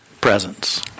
presence